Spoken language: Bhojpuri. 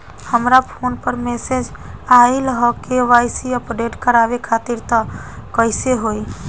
हमरा फोन पर मैसेज आइलह के.वाइ.सी अपडेट करवावे खातिर त कइसे होई?